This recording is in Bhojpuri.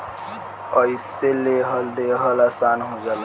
अइसे लेहल देहल आसन हो जाला